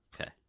okay